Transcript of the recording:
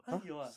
!huh! 有啊